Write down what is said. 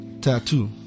tattoo